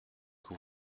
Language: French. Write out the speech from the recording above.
que